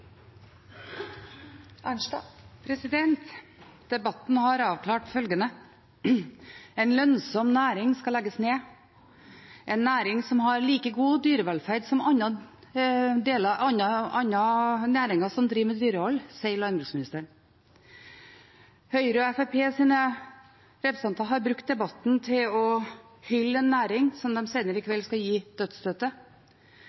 Arnstad har hatt ordet to ganger tidligere og får ordet til en kort merknad, begrenset til 1 minutt. Debatten har avklart følgende: En lønnsom næring skal legges ned, en næring som har like god dyrevelferd som andre næringer som driver med dyrehold, sier landbruksministeren. Høyre og Fremskrittspartiets representanter har brukt debatten til å hylle en næring som de senere